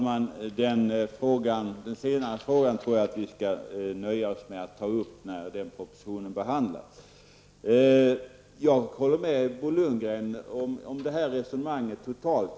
Fru talman! Den senare frågan tror jag att vi skall nöja oss med att ta upp när denna proposition behandlas. Jag håller med Bo Lundgren om resonemanget i stort.